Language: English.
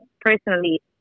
personally